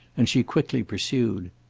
and she quickly pursued.